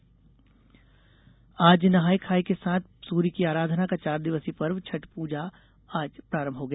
छठ पूजा आज नहाये खाये के साथ सूर्य की आराधना का चार दिवसीय पर्व छठ पूजा आज प्रारंभ हो गया